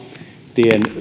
tien